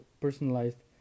personalized